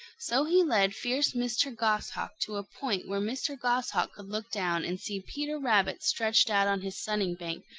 so he led fierce mr. goshawk to a point where mr. goshawk could look down and see peter rabbit stretched out on his sunning-bank,